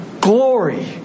glory